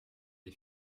est